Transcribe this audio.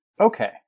Okay